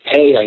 Hey